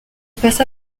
passa